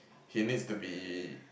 he needs to be